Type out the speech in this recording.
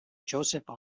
joseph